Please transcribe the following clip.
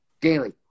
daily